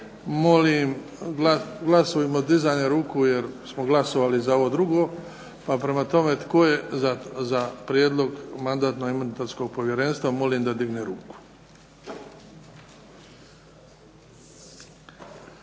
Molim glasujmo dizanjem ruku, jer smo glasovali za ovo drugo. Pa prema tome, tko je za prijedlog Mandatno-imunitetskog povjerenstva molim da digne ruku?